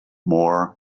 more